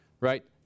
right